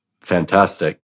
Fantastic